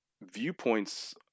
Viewpoints